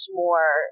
more